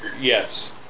Yes